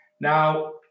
Now